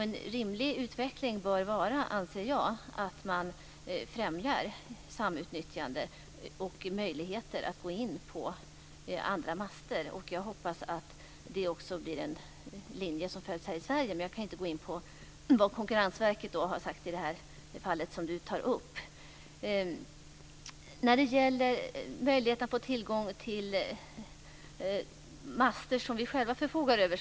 En rimlig utveckling bör vara, anser jag, att man främjar samutnyttjande och möjligheter att gå in på andra master. Jag hoppas att det också blir en linje som följs här i Sverige, men jag kan inte gå in på vad Konkurrensverket har sagt i det fall som togs upp här. Jag kan inte svara på frågan om möjlighet att få tillgång till master som vi själva förfogar över.